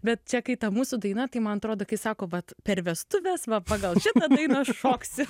bet čia kai ta mūsų daina tai man atrodo kai sako vat per vestuves va pagal šitą dainą šoksi